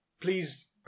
Please